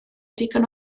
digon